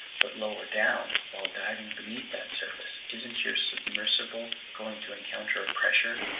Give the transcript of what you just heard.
but lower down, while diving beneath that surface, isn't your submersible going to encounter a pressure,